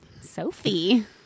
Sophie